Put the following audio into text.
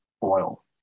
foil